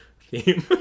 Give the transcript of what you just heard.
theme